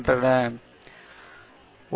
இது நேராக முன்னோக்கி உள்ளது